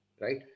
right